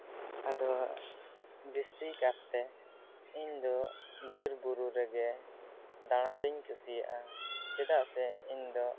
ᱟᱫᱚ ᱵᱮᱥᱤ ᱠᱟᱛᱮᱫ ᱤᱧᱫᱚ ᱵᱤᱨ ᱵᱩᱨᱩ ᱨᱮᱜᱮ ᱫᱟᱬᱟ ᱫᱩᱧ ᱠᱩᱥᱤᱭᱟᱜᱼᱟ ᱪᱮᱫᱟᱜ ᱥᱮ ᱤᱧᱫᱚ